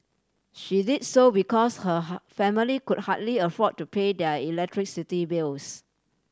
she did so because her family could hardly afford to pay their electricity bills